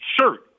shirt